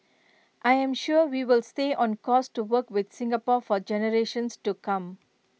I'm sure we will stay on course to work with Singapore for generations to come